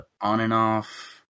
on-and-off